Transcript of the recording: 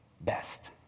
best